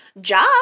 job